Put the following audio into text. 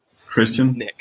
christian